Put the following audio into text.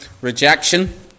Rejection